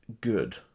good